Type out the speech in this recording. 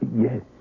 Yes